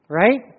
right